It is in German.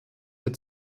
der